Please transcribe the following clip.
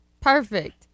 Perfect